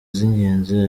z’ingenzi